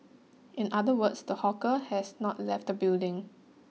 in other words the hawker has not left the building